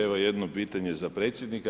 Evo jedno pitanje za predsjednika.